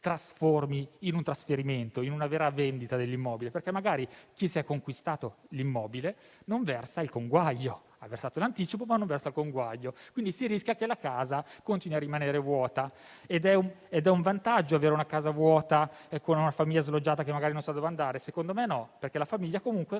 trasformi in un trasferimento e in una vera vendita dell'immobile, perché magari chi si è aggiudicato l'immobile ha versato l'anticipo, ma non versa il conguaglio e quindi si rischia che la casa continui a rimanere vuota. È un vantaggio avere una casa vuota, con una famiglia sloggiata che non sa dove andare? Secondo me no, anche perché la famiglia continua